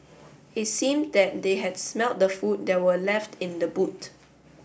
it seemed that they had smelt the food that were left in the boot